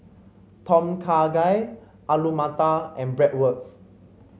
Tom Kha Gai Alu Matar and Bratwurst